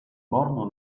bordo